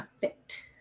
fit